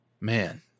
man